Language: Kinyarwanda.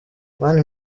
mani